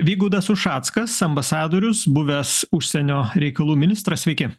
vygaudas ušackas ambasadorius buvęs užsienio reikalų ministras sveiki